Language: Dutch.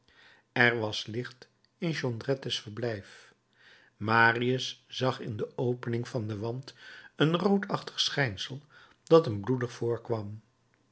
er was licht in jondrettes verblijf marius zag in de opening van den wand een roodachtig schijnsel dat hem bloedig voorkwam